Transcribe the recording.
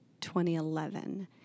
2011